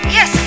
Yes